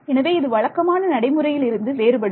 எனவே இது வழக்கமான நடைமுறையில் இருந்து வேறுபடும்